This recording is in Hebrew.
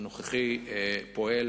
הנוכחי פועל